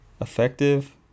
effective